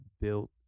built